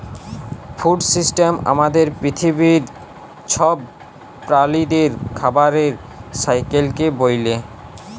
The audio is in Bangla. ফুড সিস্টেম আমাদের পিথিবীর ছব প্রালিদের খাবারের সাইকেলকে ব্যলে